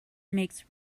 makes